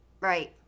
right